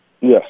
Yes